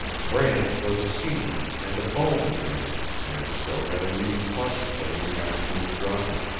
brant was a senior and a bones man, and so had a leading part to play in the afternoon's drama.